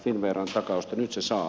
nyt se saa